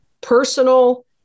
personal